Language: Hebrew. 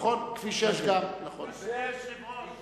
בכביש 6 עשו את זה.